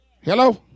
Hello